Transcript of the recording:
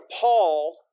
Paul